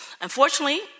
Unfortunately